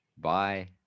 Bye